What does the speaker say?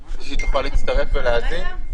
שהיא תוכל ל הצטרף ולהאזין.